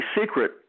secret